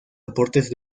aportes